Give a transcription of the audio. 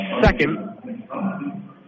second